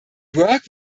work